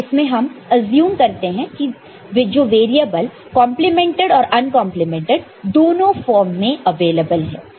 इसमें हम अज्यूम करते हैं कि वेरिएबल कंपलीमेंटेड और अनकंपलीमेंटेड दोनों फॉर्म में अवेलेबल है